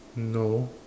no